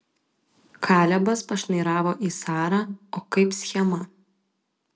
kalebas pašnairavo į sarą o kaip schema